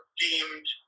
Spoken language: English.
deemed